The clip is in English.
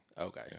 Okay